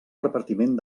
repartiment